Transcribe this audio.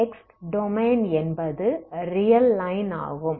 x domain என்பது real line ஆகும்